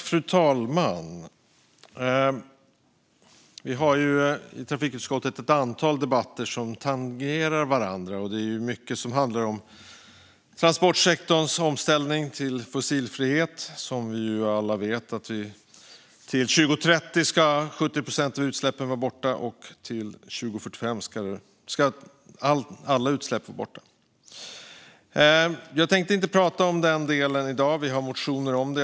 Fru talman! Trafikutskottet har ett antal debatter som tangerar varandra, och det är mycket som handlar om transportsektorns omställning till fossilfrihet. Vi alla vet att till 2030 ska 70 procent av utsläppen vara borta, och vi vet att till 2045 ska alla utsläpp vara borta. Jag tänkte inte prata om den delen i dag. Vi har motioner om det.